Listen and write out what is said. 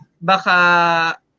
baka